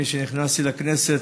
מאז שנכנסתי לכנסת,